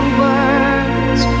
words